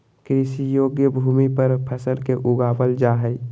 कृषि योग्य भूमि पर फसल के उगाबल जा हइ